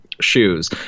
shoes